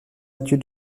mathieu